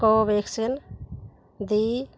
Covaxin ਦੀ